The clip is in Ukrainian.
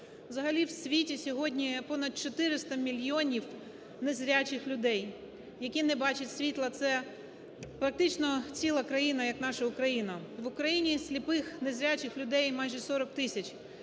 Взагалі в світі сьогодні понад 400 мільйонів незрячих людей, які не бачать світла, це практично ціла країна, як наша Україна. В Україні сліпих, незрячих людей майже 40 тисяч